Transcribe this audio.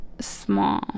small